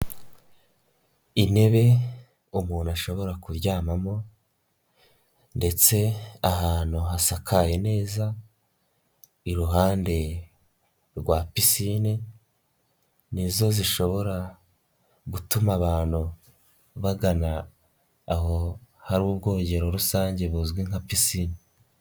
Intebe umuntu ashobora kuryamamo ndetse ahantu hasakaye neza, iruhande rwa pisine nizo zishobora gutuma abantu bagana aho hari ubwogero rusange buzwi nka pisine.